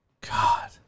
God